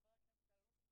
חבר הכנסת אלאלוף,